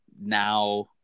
now